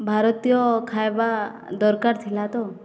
ଭାରତୀୟ ଖାଇବା ଦରକାର ଥିଲା ତ